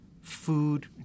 food